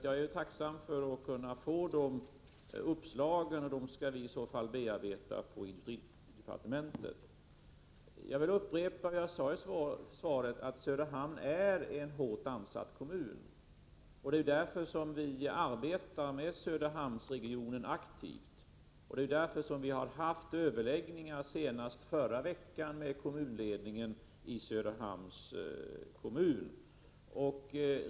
Jag är tacksam om jag kan få uppslag, som vi i så fall skall bearbeta på industridepartementet. Jag vill upprepa vad jag sade i svaret, nämligen att Söderhamn är en hårt ansatt kommun. Det är därför som vi aktivt arbetar med Söderhamnsregionen och har haft överläggningar, senast i förra veckan, med kommunledningen i Söderhamn.